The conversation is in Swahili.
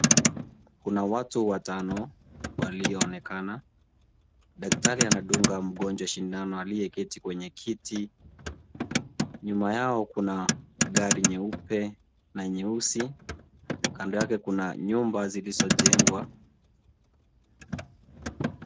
Kuna watu watano walionekana. Daktari anadunga mgonjwa shindano aliyeketi kwenye kiti . Nyuma yao kuna gari nyeupe na nyeusi kando yake kuna nyumba zilizojengwa.